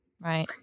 right